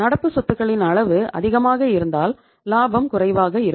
நடப்பு சொத்துக்களின் அளவு அதிகமாக இருந்தால் லாபம் குறைவாக இருக்கும்